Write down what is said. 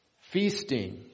feasting